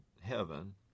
heaven